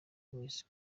wese